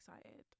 excited